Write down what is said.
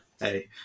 Hey